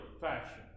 fashion